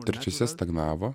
trečiose stagnavo